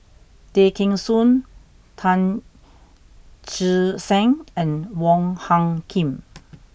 Tay Kheng Soon Tan Che Sang and Wong Hung Khim